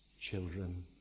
children